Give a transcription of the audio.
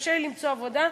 קשה לי למצוא עבודה,